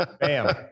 bam